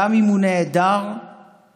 גם אם הוא נעדר מתפקידו,